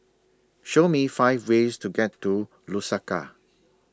Show Me five ways to get to Lusaka